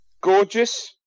Gorgeous